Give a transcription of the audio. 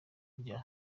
rya